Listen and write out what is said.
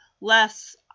less